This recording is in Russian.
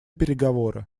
переговоры